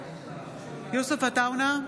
יוסף עטאונה,